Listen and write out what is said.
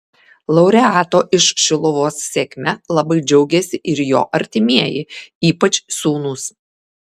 laureato iš šiluvos sėkme labai džiaugėsi ir jo artimieji ypač sūnūs